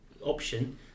option